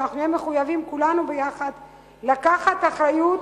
שאנחנו נהיה מחויבים כולנו ביחד לקחת אחריות